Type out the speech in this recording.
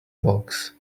box